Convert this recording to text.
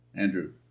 Andrew